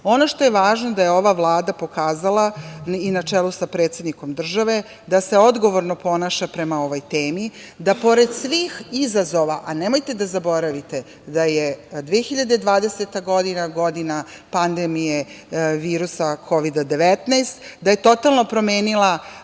što je važno, ova Vlada je pokazala, na čelu sa predsednikom države, da se odgovorno ponaša prema ovoj temi, da pored svih izazva, a nemojte da zaboravite da je 2020. godina godina pandemije virusa Kovida-19, da je totalno promenila